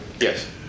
Yes